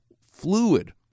fluid